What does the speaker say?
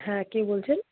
হ্যাঁ কে বলছেন